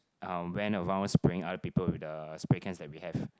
um went around spraying other people with the spray cans that we have